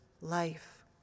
life